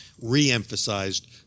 re-emphasized